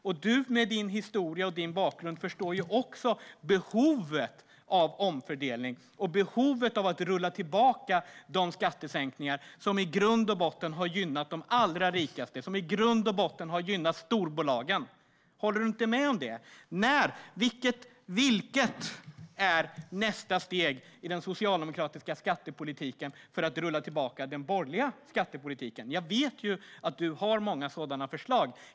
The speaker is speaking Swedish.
Och du med din historia och din bakgrund förstår också behovet av omfördelning och behovet av att rulla tillbaka de skattesänkningar som i grund och botten har gynnat de allra rikaste och som i grund och botten har gynnat storbolagen. Håller du inte med om det? Vilket är nästa steg i den socialdemokratiska skattepolitiken för att rulla tillbaka den borgerliga skattepolitiken? Jag vet ju att du har många sådana förslag.